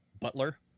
butler